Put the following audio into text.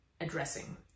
addressing